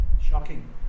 Shocking